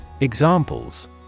Examples